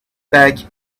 back